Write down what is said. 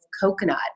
coconut